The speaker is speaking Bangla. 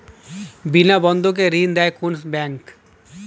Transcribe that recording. বিনা বন্ধকে ঋণ দেয় কোন ব্যাংক?